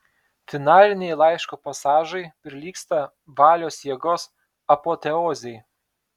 finaliniai laiško pasažai prilygsta valios jėgos apoteozei